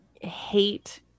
hate